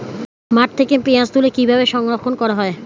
মাঠ থেকে পেঁয়াজ তুলে কিভাবে সংরক্ষণ করা হয়?